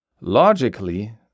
Logically